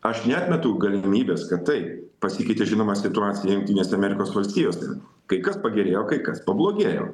aš neatmetu galimybės kad tai pasikeitė žinoma situacija jungtinėse amerikos valstijose kai kas pagerėjo kai kas pablogėjo